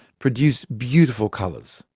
produce beautiful colours.